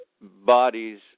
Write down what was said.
bodies